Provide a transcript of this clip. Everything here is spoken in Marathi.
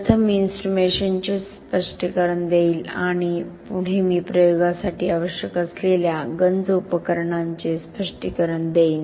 प्रथम मी इन्स्ट्रुमेंटेशनचे स्पष्टीकरण देईन आणि पुढे मी प्रयोगासाठी आवश्यक असलेल्या गंज उपकरणांचे स्पष्टीकरण देईन